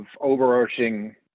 overarching